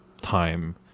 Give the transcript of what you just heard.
time